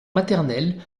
maternel